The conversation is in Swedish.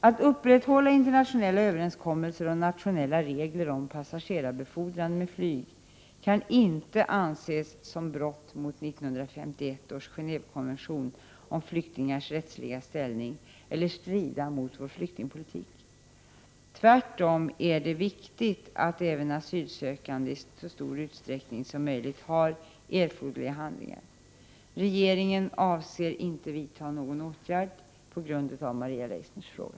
Att upprätthålla internationella överenskommelser och nationella regler om passagerarbefordran med flyg, kan inte anses som brott mot 1951 års Genéevekonvention om flyktingars rättsliga ställning eller strida mot vår flyktingpolitik. Tvärtom är det viktigt att även de asylsökande i så stor utsträckning som möjligt har erforderliga handlingar. Regeringen avser inte att vidta någon åtgärd på grund av Maria Leissners fråga.